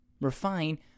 refine